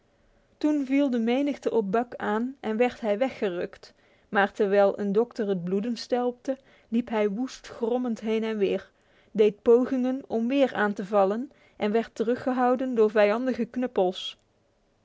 toen viel de menigte op buck aan en werd hij weggewerkt maar terwijl een dokter het bloeden stelpte liep hij woest grommend heen en weer deed pogingen om weer aan te vallen en werd teruggehouden door vijandige knuppels